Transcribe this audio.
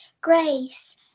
grace